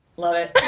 love it.